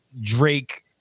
Drake